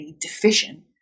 deficient